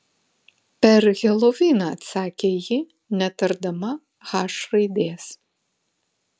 per heloviną atsakė ji netardama h raidės